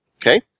Okay